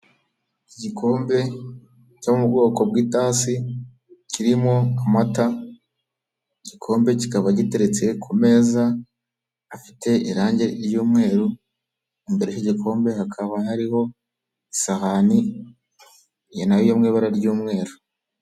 Igikombe cyo mu bwoko bw'itasi kirimo amata, igikombe kikaba giteretse ku meza afite irange ry'umweru, imbere y'igikombe hakaba hariho isahani na yo yo mu ibara ry'umweru.